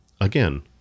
Again